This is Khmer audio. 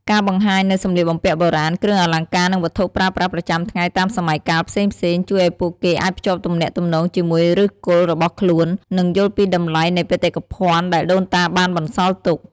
ការបង្ហាញនូវសម្លៀកបំពាក់បុរាណ គ្រឿងអលង្ការ និងវត្ថុប្រើប្រាស់ប្រចាំថ្ងៃតាមសម័យកាលផ្សេងៗ ជួយឱ្យពួកគេអាចភ្ជាប់ទំនាក់ទំនងជាមួយឫសគល់របស់ខ្លួន និងយល់ពីតម្លៃនៃបេតិកភណ្ឌដែលដូនតាបានបន្សល់ទុក។